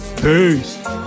Peace